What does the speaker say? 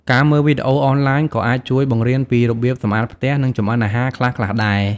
ការមើលវីដេអូអនឡាញក៏អាចជួយបង្រៀនពីរបៀបសម្អាតផ្ទះ និងចម្អិនអាហារខ្លះៗដែរ ។